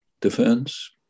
defense